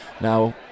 Now